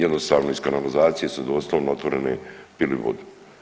Jednostavno iz kanalizacije su doslovno otvorene pili vodu.